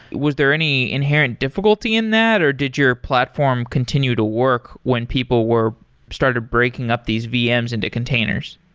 was there any inherent difficulty in that or did your platform continue to work when people were started breaking up these vms into containers?